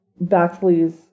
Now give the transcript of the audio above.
Baxley's